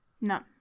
No